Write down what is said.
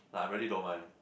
I really don't mind